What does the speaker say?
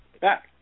back